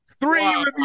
three